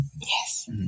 Yes